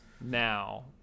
now